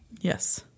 Yes